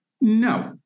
no